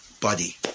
body